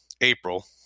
April